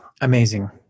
amazing